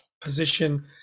position